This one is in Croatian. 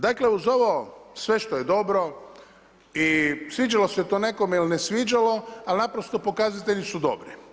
Dakle, uz ovo sve što je dobro i sviđalo se to nekome ili ne sviđalo, ali naprosto pokazatelji su dobri.